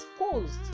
exposed